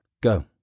Go